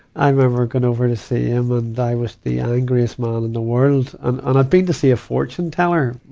i remember going over to see him, ah and i was the angriest man in the world. and, and i'd been to see a fortune teller,